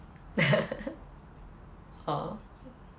orh